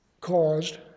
caused